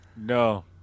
No